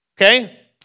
okay